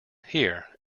here